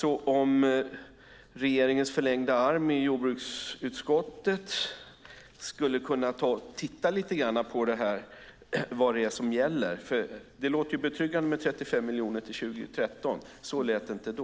Kan regeringens förlängda arm i jordbruksutskottet titta på vad som gäller? Det låter betryggande med 35 miljoner till 2013. Så lät det inte då.